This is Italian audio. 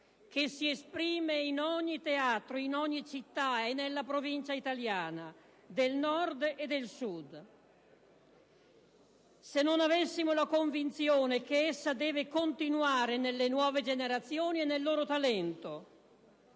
che si esprime in ogni teatro, in ogni città, nella provincia italiana del Nord e del Sud; se non avessimo la convinzione che essa deve continuare nelle nuove generazioni e nel loro talento